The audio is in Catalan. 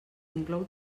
inclou